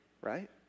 Right